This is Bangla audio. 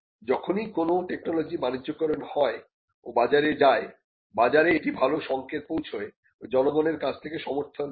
যখনই কোন টেকনোলজি বাণিজ্যকরণ হয় ও বাজারে যায় বাজারে এটি ভালো সংকেত পৌঁছায় ও জনগণের কাছ থেকে সমর্থন পায়